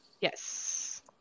Yes